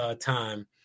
time